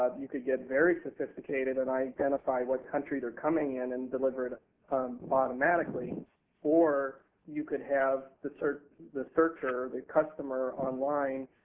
um you could get very sophisticated and identify what countries are coming in and deliver it um automatically or you could have the sort of the searcher, the customer, online